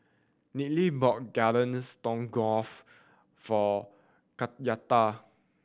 Nealy bought Garden Stroganoff for Kenyatta